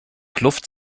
kluft